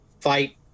fight